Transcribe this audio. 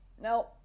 No